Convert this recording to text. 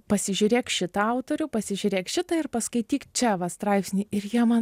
pasižiūrėk šitą autorių pasižiūrėk šitą ir paskaityk čia va straipsnį ir jie man